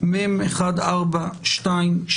לקריאה שנייה ושלישית.